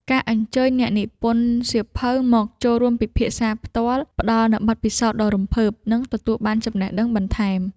ការអញ្ជើញអ្នកនិពន្ធសៀវភៅមកចូលរួមពិភាក្សាផ្ទាល់ ផ្ដល់នូវបទពិសោធន៍ដ៏រំភើប និងទទួលបានចំណេះដឹងបន្ថែម។